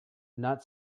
not